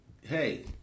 hey